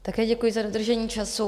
Také děkuji za dodržení času.